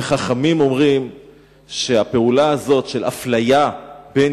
וחכמים אומרים שהפעולה הזאת של אפליה בין